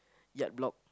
yard block